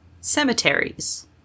cemeteries